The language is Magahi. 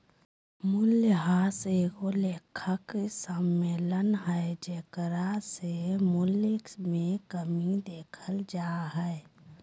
मूल्यह्रास एगो लेखा सम्मेलन हइ जेकरा से मूल्य मे कमी देखल जा हइ